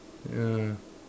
ya